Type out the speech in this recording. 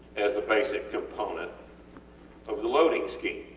as a basic component of the loading scheme.